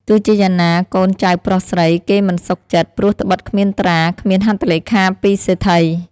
ទោះជាយ៉ាងណាកូនចៅប្រុសស្រីគេមិនសុខចិត្ដ ព្រោះត្បិតគ្មានត្រា គ្មានហត្ថលេខាពីសេដ្ឋី។